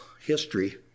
history